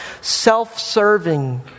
self-serving